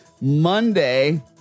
Monday